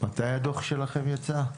מתי הדוח שלכם יצא?